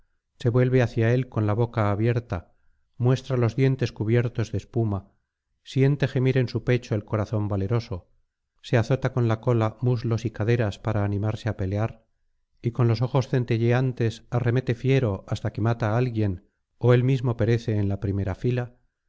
se vuelve hacia él con la boca abierta nuestra los dientes cubiertos de espuma siente gemir en su pecho el corazón valeroso se azota con la cola muslos y caderas para animarse á pelear y con los ojos centelleantes arremete fiero hasta que mata á alguien ó él mismo perece en la primera fila